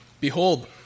Behold